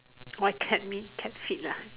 white cat meat cat feet lah